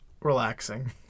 relaxing